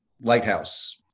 Lighthouse